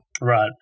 Right